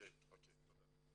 תודה.